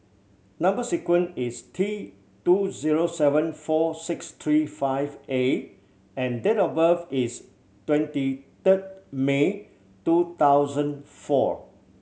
number sequence is T two zero seven four six three five A and date of birth is twenty third May two thousand four